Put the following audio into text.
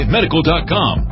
Medical.com